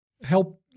help